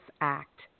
act